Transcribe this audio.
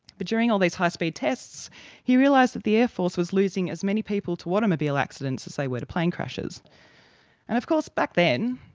but during all these high-speed tests he realised the air force was using as many people to automobile accidents as they were to plane crashes. and of course, back then,